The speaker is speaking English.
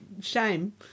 Shame